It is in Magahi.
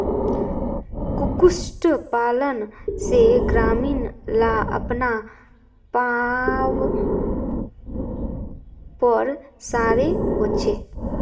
कुक्कुट पालन से ग्रामीण ला अपना पावँ पोर थारो होचे